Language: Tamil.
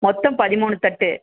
மொத்தம் பதிமூணு தட்டு